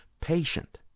patient